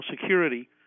Security